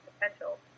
potential